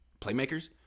playmakers